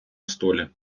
столі